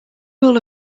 rule